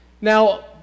Now